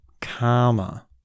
Karma